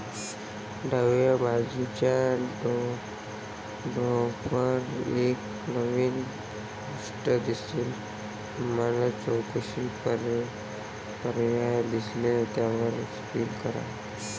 डाव्या बाजूच्या टॅबवर एक नवीन पृष्ठ दिसेल तुम्हाला चौकशी पर्याय दिसेल त्यावर क्लिक करा